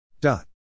dot